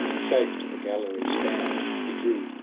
safe to the gallery's bound he drew.